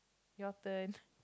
your turn